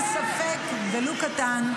אין ספק, ולו קטן,